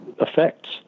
effects